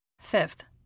Fifth